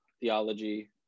theology